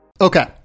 Okay